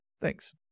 Thanks